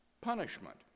punishment